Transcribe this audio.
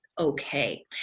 Okay